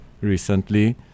recently